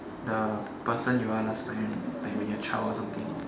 the person you are last time like when you're a child or something